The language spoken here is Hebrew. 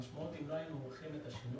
המשמעות היא שאם לא היינו עושים את השינוי,